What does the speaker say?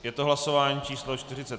Je to hlasování číslo 45.